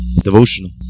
Devotional